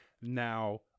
Now